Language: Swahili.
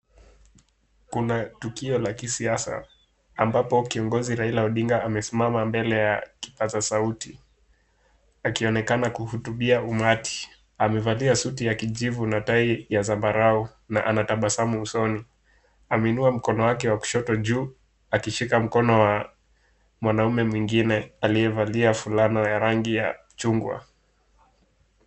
Kuna tukio la kisiasa ambapo kiongozi Raila Odinga amesimama mbele ya kipaza sauti ,akionekana kuhutubia umati. Amevalia suti ya kijivu na tai ya zambarau na anatabasamu usoni .Ameinua mkono wake wa kushoto juu akishika mkono wa mwanaume mwingine aliyevalia fulana ya rangi ya chungwa.